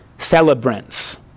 celebrants